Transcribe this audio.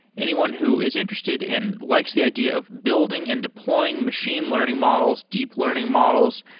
anyone who is interested and likes the idea of building and deploying machine learning models, deep learning models,